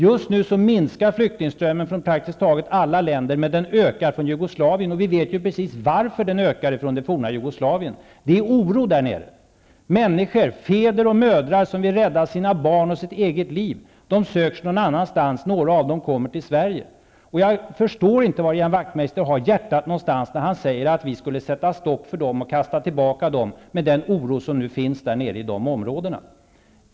Just nu minskar flyktingströmmen från praktiskt taget alla länder, men den ökar från Jugoslavien. Vi vet precis varför den ökar från det forna Jugoslavien. Det är oro där nere. Människor, fäder och mödrar som vill rädda sina barns och sitt eget liv söker sig någon annanstans. Några av dem kommer till Sverige. Jag förstår inte var Ian Wachtmeister har hjärtat när han säger att vi skall sätta stopp för dessa människor och kasta tillbaka dem, med den oro som finns där nere.